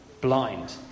blind